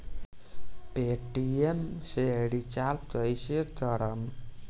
Paytm से recharge कईसे करम?